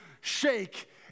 shake